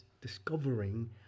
discovering